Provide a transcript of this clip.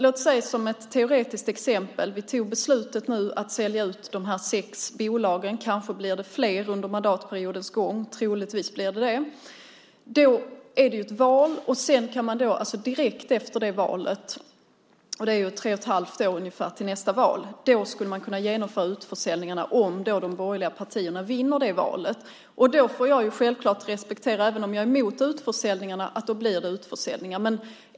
Låt oss ta ett teoretiskt exempel. Vi tog beslutet att sälja ut de här sex bolagen. Kanske blir det fler under mandatperiodens gång - troligtvis blir det så. Sedan är det ett val, och man kan direkt efter det valet - det är ungefär 3 1⁄2 år till nästa val - genomföra utförsäljningarna, om de borgerliga partierna vinner det valet. Det får jag självklart respektera det, även om jag är mot utförsäljningar.